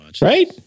Right